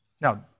Now